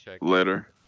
later